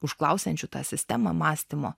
ušklausiančių tą sistemą mąstymo